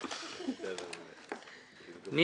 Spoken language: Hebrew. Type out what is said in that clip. לא.